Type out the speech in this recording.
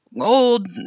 old